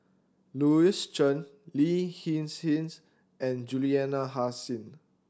Louis Chen Lin Hin Hsin's and Juliana Hasin